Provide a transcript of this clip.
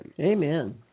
Amen